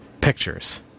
pictures